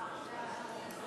סליחה.